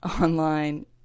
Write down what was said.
online